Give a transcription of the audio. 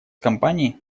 компании